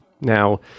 Now